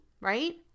right